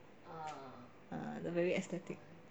the very aesthetic